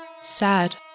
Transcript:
sad